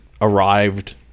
arrived